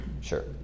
Sure